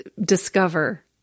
discover